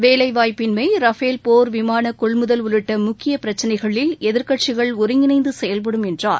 வேலைவாய்ப்பின்மை ரபேல் போர் விமான கொள்முதல் உள்ளிட்ட முக்கிய பிரச்சினைகளில் எதிர்க்கட்சிகள் ஒருங்கிணைந்து செயல்படும் என்றார்